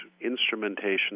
instrumentation